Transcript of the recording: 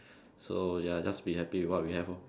so ya just be happy with what we have lor